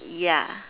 ya